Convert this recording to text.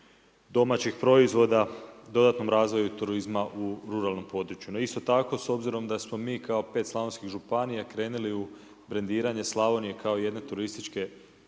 domaćih proizvoda, dodatnom razvoju i turizma u ruralnom području. No, isto tako, s obzirom da smo mi kao 5 slavonskih županija krenuli u brendiranju Slavonije kao jedne turističke